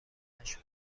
نشد